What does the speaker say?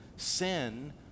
Sin